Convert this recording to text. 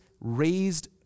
raised